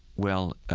well,